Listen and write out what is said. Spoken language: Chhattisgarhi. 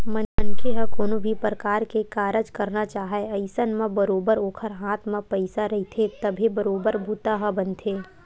मनखे ह कोनो भी परकार के कारज करना चाहय अइसन म बरोबर ओखर हाथ म पइसा रहिथे तभे बरोबर बूता ह बनथे